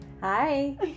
Hi